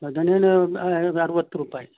ಬದನೇನು ಐ ಅರವತ್ತು ರೂಪಾಯಿ